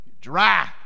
Dry